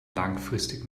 langfristig